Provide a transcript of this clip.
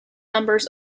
numbers